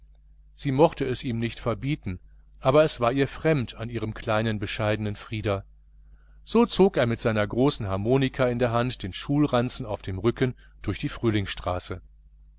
sie mochte es ihm nicht verbieten aber es war ihr fremd an ihrem kleinen bescheidenen frieder so zog er mit seiner großen harmonika in der hand den schulranzen auf dem rücken durch die frühlingsstraße